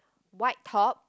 white top